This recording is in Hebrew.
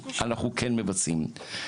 אנחנו כן מבצעים.